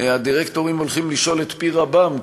הדירקטורים הולכים לשאול את פי רבם,